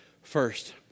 First